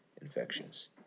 infections